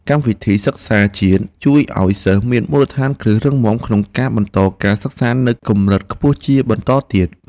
កម្មវិធីសិក្សាជាតិជួយឱ្យសិស្សមានមូលដ្ឋានគ្រឹះរឹងមាំក្នុងការបន្តការសិក្សានៅកម្រិតខ្ពស់ជាបន្តទៀត។